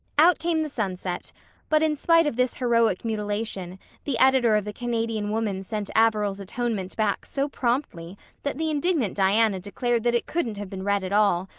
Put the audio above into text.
out came the sunset but in spite of this heroic mutilation the editor of the canadian woman sent averil's atonement back so promptly that the indignant diana declared that it couldn't have been read at all,